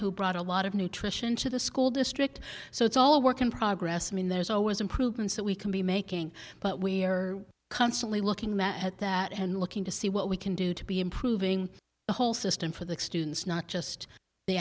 who brought a lot of nutrition to the school district so it's all work in progress i mean there's always improvements that we can be making but we are constantly looking at that and looking to see what we can do to be improving the whole system for the students not just the